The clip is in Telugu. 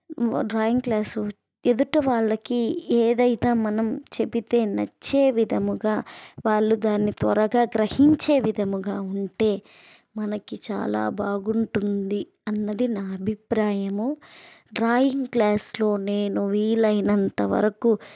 డ్రాయింగ్ క్లాసు ఎదుటవాళ్ళకి ఏదైతే మనం చెపితే నచ్చేవిధముగా వాళ్ళు దాన్ని త్వరగా గ్రహించే విధముగా ఉంటే మనకి చాలా బాగుంటుంది అన్నది నా అభిప్రాయము డ్రాయింగ్ క్లాస్లో నేను వీలైనంతవరకు